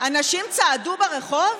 אנשים צעדו ברחוב?